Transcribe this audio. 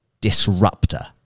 disruptor